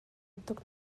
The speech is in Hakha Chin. tuk